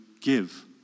give